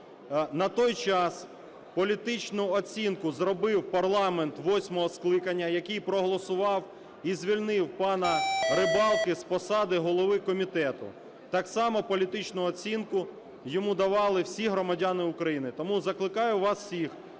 На той час політичну оцінку зробив парламент восьмого скликання, який проголосував і звільнив пана Рибалка з посади голови комітету, так само політичну оцінку йому давали всі громадяни України. Тому закликаю вас всіх